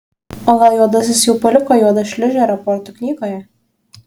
o gal juodasis jau paliko juodą šliūžę raportų knygoje